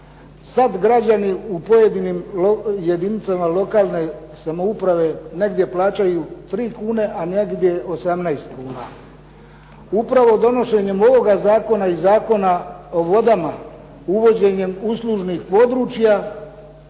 Sada građani u pojedinim jedinicama lokalne samouprave, negdje plaćaju 3 kune, a negdje 18 kuna. Upravo donošenjem ovoga zakona i Zakona o vodama, uvođenjem uslužnih područja,